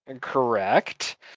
Correct